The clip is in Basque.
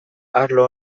arlo